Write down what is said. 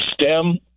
STEM